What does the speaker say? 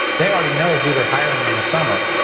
they already know who they're hiring in the summer.